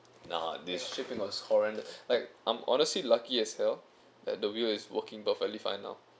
nah this shipping was horrendous like I'm honestly lucky as hell that the wheel is working perfectly fine now